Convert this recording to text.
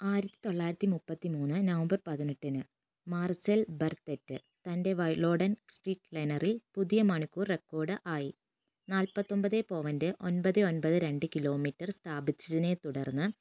ആയിരത്തി തൊള്ളായിരത്തി മുപ്പത്തി മൂന്ന് നവംബർ പതിനെട്ടിന് മാർസെൽ ബർത്തെറ്റ് തൻ്റെ വയ്ലോഡൻ സ്ട്രീറ്റ് ലൈനറിൽ പുതിയ മണിക്കൂർ റെക്കോർഡ് ആയി നാൽപ്പത്തി ഒൻപത് പോയൻറ്റ് ഒൻപത് ഒൻപത് രണ്ട് കിലോമീറ്റർ സ്ഥാപിച്ചതിനെ തുടർന്ന്